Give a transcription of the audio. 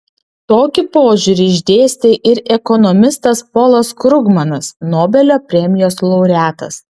tokį požiūrį išdėstė ir ekonomistas polas krugmanas nobelio premijos laureatas